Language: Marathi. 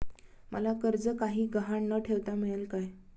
मला कर्ज काही गहाण न ठेवता मिळेल काय?